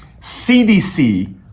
CDC